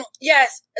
yes